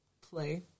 play